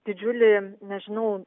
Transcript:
didžiulį nežinau